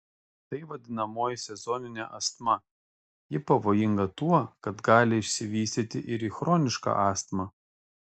tai vadinamoji sezoninė astma ji pavojinga tuo kad gali išsivystyti ir į chronišką astmą